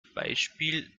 beispiel